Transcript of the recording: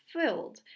filled